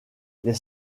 les